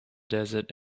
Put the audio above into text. desert